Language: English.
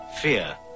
fear